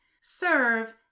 serve